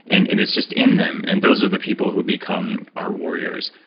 and and it's just in them and those are the people who become our warriors.